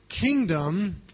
kingdom